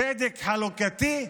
צדק חלוקתי?